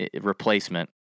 replacement